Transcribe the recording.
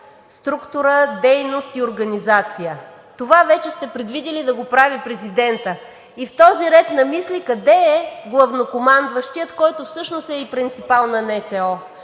структура, дейност и организация. Това вече сте предвидили да го прави президентът. В този ред на мисли къде е главнокомандващият, който всъщност е и принципал на НСО?